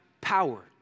power